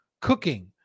cooking